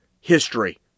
history